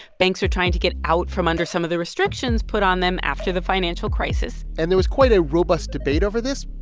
banks are trying to get out from under some of the restrictions put on them after the financial crisis and there was quite a robust debate over this,